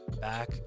Back